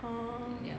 ya